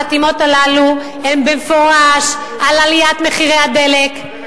החתימות הללו הן במפורש על עליית מחירי הדלק.